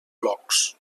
blogs